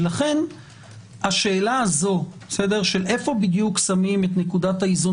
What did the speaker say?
לכן השאלה של איפה בדיוק שמים את נקודת האיזון